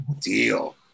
deal